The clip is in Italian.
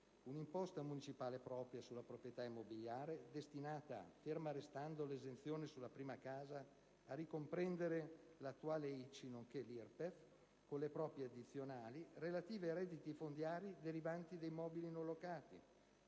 un'imposta municipale propria sulla proprietà immobiliare, destinata, ferma restando l'esenzione sulla prima casa, a ricomprendere l'attuale ICI, nonché l'IRPEF, con le proprie addizionali, relativa ai redditi fondiari derivanti da immobili non locati;